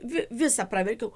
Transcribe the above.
visą praverkiau